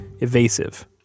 evasive